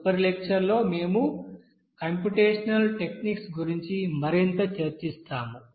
తదుపరి లెక్చర్ లో మేము కంప్యూటేషనల్ టెక్నిక్స్ గురించి మరింత చర్చిస్తాము